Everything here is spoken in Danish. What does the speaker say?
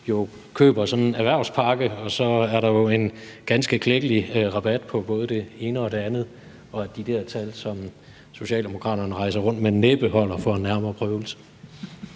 jo køber sådan en erhvervspakke, og så er der jo en ganske klækkelig rabat på både det ene og det andet, og at de der tal, som Socialdemokraterne rejser rundt med, næppe holder for en nærmere prøvelse?